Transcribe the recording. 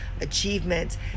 achievements